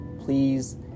please